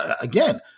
again